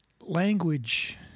language